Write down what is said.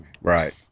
Right